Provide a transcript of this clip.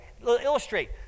Illustrate